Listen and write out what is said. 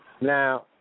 Now